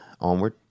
Onward